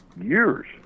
years